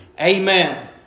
Amen